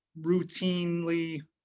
routinely